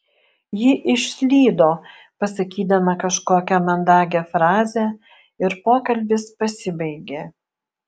ji išslydo pasakydama kažkokią mandagią frazę ir pokalbis pasibaigė